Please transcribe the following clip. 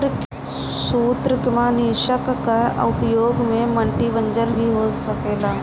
सूत्रकृमिनाशक कअ उपयोग से माटी बंजर भी हो सकेला